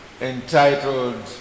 entitled